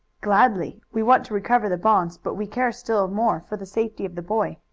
gladly. we want to recover the bonds, but we care still more for the safety of the boy.